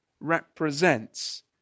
represents